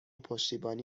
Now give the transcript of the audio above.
پشتیبانی